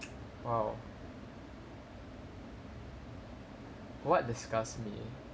!wow! what disgusts me